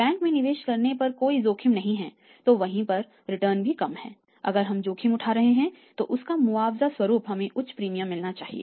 bank में निवेश करने पर कोई जोखिम नहीं है तो वहीं पर रिटर्न भी कम है अगर हम जोखिम उठा रहे हैं तो उसका मुआवजा स्वरूप हमें उच्च प्रीमियम मिलना चाहिए